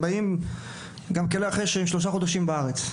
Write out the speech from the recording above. וגם אחרי שהם שלושה חודשים בארץ.